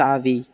தாவி